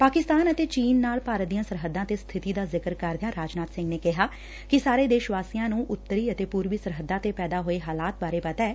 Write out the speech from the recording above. ਪਾਕਿਸਤਾਨ ਅਤੇ ਚੀਨ ਨਾਲ ਭਾਰਤ ਦੀਆਂ ਸਰਹੱਦਾਂ ਤੇ ਸਬਿਤੀ ਦਾ ਜ਼ਿਕਰ ਕਰਦਿਆਂ ਰਾਜਨਾਥ ਸਿੰਘ ਨੇ ਕਿਹਾ ਕਿ ਸਾਰੇ ਦੇਸ਼ ਵਾਸੀਆਂ ਨੂੰ ਉੱਤਰੀ ਅਤੇ ਪੁਰਬੀ ਸਰਹੱਦਾਂ ਤੇ ਪੈਦਾ ਹੋਏ ਹਾਲਤ ਬਾਰੇ ਪਤਾ ਏ